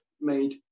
made